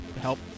help